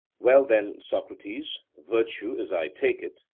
well then, socrates, virtue, as i take it,